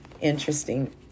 Interesting